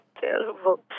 terrible